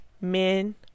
men